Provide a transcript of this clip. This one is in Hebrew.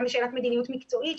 גם בשאלת מדיניות מקצועית,